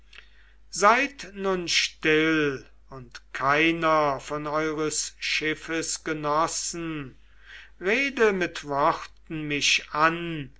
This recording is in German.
seid nun still und keiner von eures schiffes genossen rede mit worten mich an